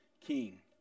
King